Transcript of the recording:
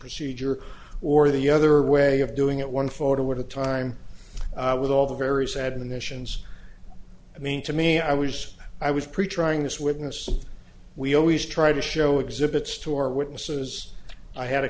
procedure or the other way of doing it one photo at a time with all the various admonitions i mean to me i was i was pretty trying this witness we always try to show exhibits to our witnesses i had a